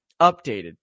updated